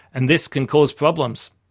and this can cause problems.